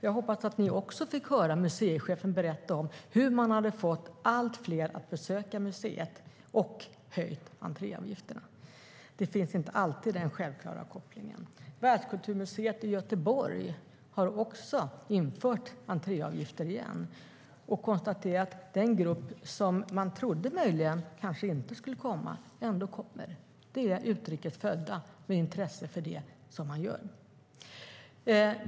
Jag hoppas att också ni fick höra museichefen berätta om hur man hade fått allt fler att besöka museet och höjt entréavgifterna. Det finns inte alltid en självklar koppling mellan entréavgift och antalet besökare. Världskulturmuseet i Göteborg har infört entréavgifter igen och konstaterar att den grupp som man trodde kanske inte skulle komma ändå kommer. Det är utrikes födda med intresse för det museet.